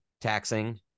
taxing